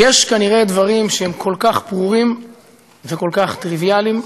יש כנראה דברים שהם כל כך ברורים וכל כך טריוויאליים,